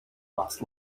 last